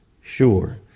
sure